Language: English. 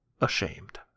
ashamed